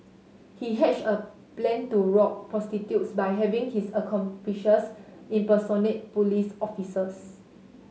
he hatched a plan to rob prostitutes by having his accomplices impersonate police officers